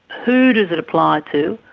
who does it apply to,